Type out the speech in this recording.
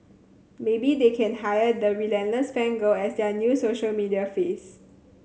maybe they can hire the relentless fan girl as their new social media face